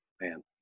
man